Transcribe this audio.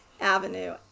Avenue